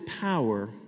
power